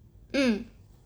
mm